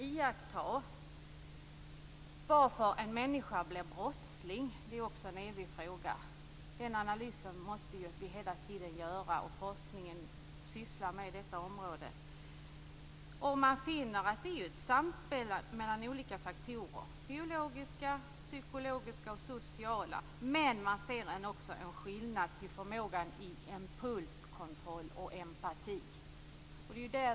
Varför en människa blir brottsling är också en evig fråga. Den analysen måste vi hela tiden göra. Forskningen sysslar också med detta område. Man finner att det är ett samspel mellan olika faktorer - biologiska, psykologiska och sociala - men man ser också en skillnad i förmågan till impulskontroll och empati.